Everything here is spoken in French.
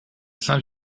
saint